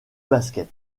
basket